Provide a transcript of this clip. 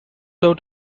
out